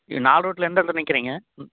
நீங்கள் நால்ரோட்ல எந்த இடத்துல நிற்கிறிங்க ம்